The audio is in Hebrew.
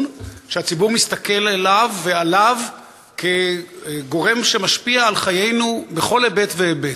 שהציבור שמסתכל אליו ועליו כגורם שמשפיע על חיינו בכל היבט והיבט.